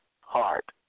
heart